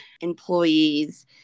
employees